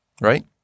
right